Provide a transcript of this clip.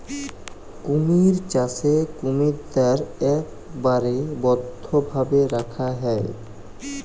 কুমির চাষে কুমিরদ্যার ইকবারে বদ্ধভাবে রাখা হ্যয়